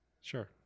Sure